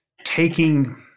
taking